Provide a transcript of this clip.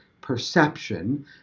perception